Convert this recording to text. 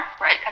right